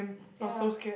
ya